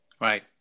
Right